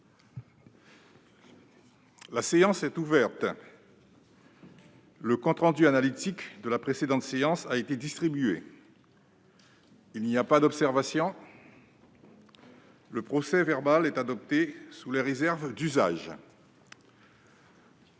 La séance est ouverte. Le compte rendu analytique de la précédente séance a été distribué. Il n'y a pas d'observation ?... Le procès-verbal est adopté sous les réserves d'usage.